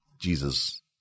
Jesus